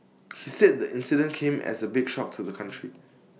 he said the incident came as A big shock to the country